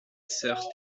sœur